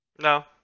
No